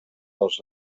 dels